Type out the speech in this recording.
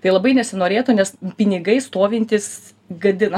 tai labai nesinorėtų nes pinigai stovintys gadina